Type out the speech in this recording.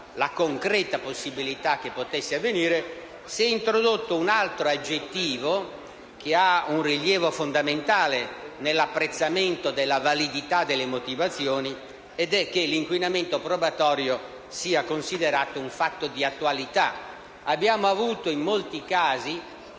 la concreta possibilità che potesse avvenire, si è introdotto un altro aggettivo che ha un rilievo fondamentale nell'apprezzamento della validità delle motivazioni ed è che l'inquinamento probatorio sia considerato un fatto di attualità. Abbiamo avuto in molti casi